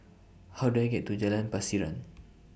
How Do I get to Jalan Pasiran